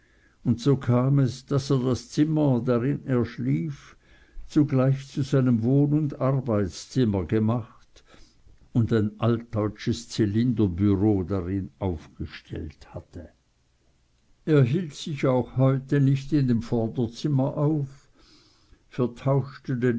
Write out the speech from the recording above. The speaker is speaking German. und so kam es daß er das zimmer darin er schlief zugleich zu seinem wohn und arbeitszimmer gemacht und ein altdeutsches cylinder bureau darin aufgestellt hatte er hielt sich auch heute nicht in dem vorderzimmer auf vertauschte